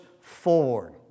forward